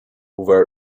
although